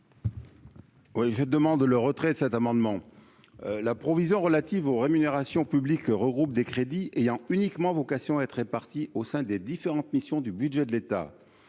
je demande le retrait de cet amendement, la provision relative aux rémunérations publiques regroupe des crédits ayant uniquement vocation à être répartis au sein des différentes missions du budget de l'État,